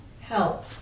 help